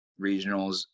regionals –